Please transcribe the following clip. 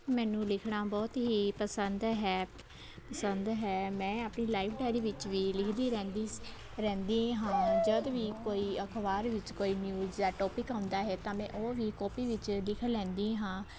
ਮੈਨੂੰ ਲਿਖਣਾ ਬਹੁਤ ਹੀ ਪਸੰਦ ਹੈ ਪਸੰਦ ਹੈ ਮੈਂ ਆਪਣੀ ਲਾਈਫ਼ ਡਾਇਰੀ ਵਿੱਚ ਵੀ ਲਿਖਦੀ ਰਹਿੰਦੀ ਸ ਰਹਿੰਦੀ ਹਾਂ ਜਦ ਵੀ ਕੋਈ ਅਖ਼ਬਾਰ ਵਿੱਚ ਕੋਈ ਨਿਊਜ਼ ਜਾਂ ਟੋਪਿਕ ਆਉਂਦਾ ਹੈ ਤਾਂ ਮੈਂ ਉਹ ਵੀ ਕੋਪੀ ਵਿੱਚ ਲਿਖ ਲੈਂਦੀ ਹਾਂ